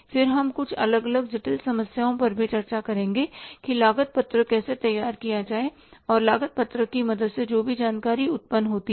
फिर हम कुछ अलग अलग जटिल समस्याओं पर भी चर्चा करेंगे कि लागत पत्रक कैसे तैयार की जाए और लागत पत्रक की मदद से जो भी जानकारी उत्पन्न होती है